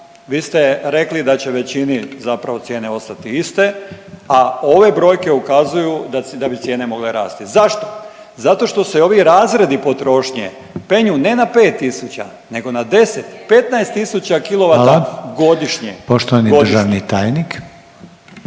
Vi ste rekli da će većini zapravo cijene ostati iste, a ove brojke ukazuju da bi cijene mogle rasti? Zašto? Zato što se ovi razredi potrošnje penju ne na 5.000 nego na 10, 15.000 kilovata godišnje …/Upadica: Hvala./… godišnje.